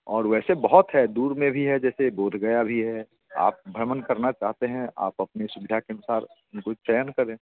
और वैसे बहुत है दूर में भी है जैसे बोध गया भी है आप भ्रमण करना चाहते हैं आप अपने सुविधा अनुसार उनको चयन करें